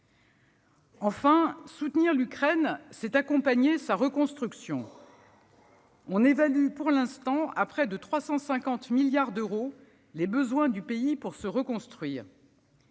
Enfin, soutenir l'Ukraine, c'est accompagner sa reconstruction. On évalue pour l'instant à près de 350 milliards d'euros les besoins du pays pour se reconstruire.